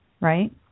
right